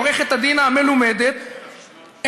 עורכת-הדין המלומדת,